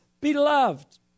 Beloved